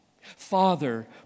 Father